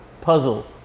puzzle